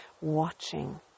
watching